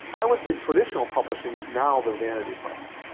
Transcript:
i would say traditional publishing is now the vanity press.